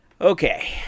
Okay